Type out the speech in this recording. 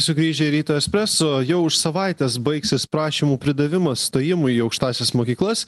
sugrįžę į ryto espreso jau už savaitės baigsis prašymų pridavimas stojimui į aukštąsias mokyklas